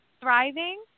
Thriving